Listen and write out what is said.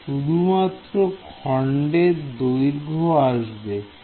তাই শুধুমাত্র খন্ডের দৈর্ঘ্য আসবে